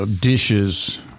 dishes